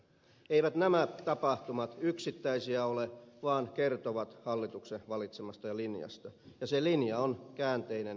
eivät nämä tapahtumat yksittäisiä ole vaan kertovat hallituksen valitsemasta linjasta ja se linja on käänteinen kekkosen linja